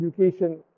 education